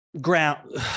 ground